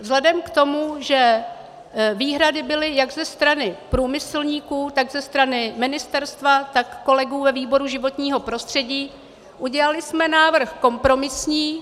Vzhledem k tomu, že výhrady byly jak ze strany průmyslníků, tak ze strany ministerstva, tak kolegů ve výboru pro životní prostředí, udělali jsme návrh kompromisní.